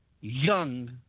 young